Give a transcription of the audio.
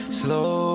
slow